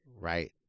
Right